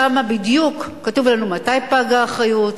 שם בדיוק כתוב לנו מתי פגה האחריות.